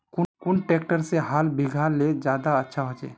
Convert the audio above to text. कुन ट्रैक्टर से हाल बिगहा ले ज्यादा अच्छा होचए?